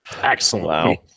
Excellent